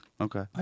okay